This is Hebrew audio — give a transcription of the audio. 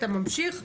אתה ממשיך.